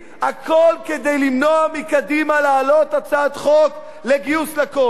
הכול כדי למנוע מקדימה להעלות הצעת חוק לגיוס לכול.